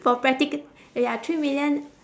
for practical ya three million